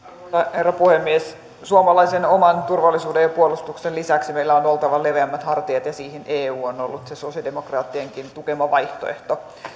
herra puhemies suomalaisen oman turvallisuuden ja puolustuksen lisäksi meillä on oltava leveämmät hartiat ja siihen eu on ollut se sosialidemokraattienkin tukema vaihtoehto